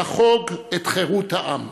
לחוג את חירות העם.